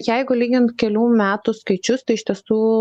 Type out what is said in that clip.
jeigu lyginti kelių metų skaičius tai iš tiesų